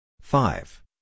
Five